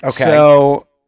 Okay